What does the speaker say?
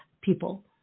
people